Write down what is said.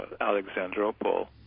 Alexandropol